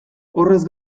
horrez